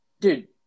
Dude